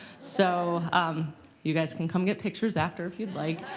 so you guys can come get pictures after if you'd like.